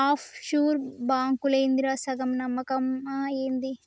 half sure బాంకులేందిరా, సగం నమ్మకమా ఏంది